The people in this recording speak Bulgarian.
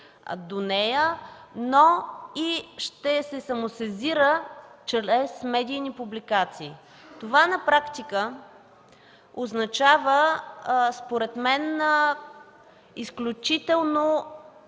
до нея, но и ще се самосезира чрез медийни публикации. Това на практика означава, според мен, изключително